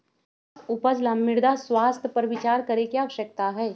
स्वस्थ उपज ला मृदा स्वास्थ्य पर विचार करे के आवश्यकता हई